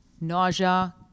nausea